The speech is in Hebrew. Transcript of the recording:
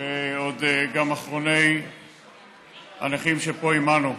וגם אחרוני הנכים שפה עימנו,